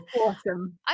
Awesome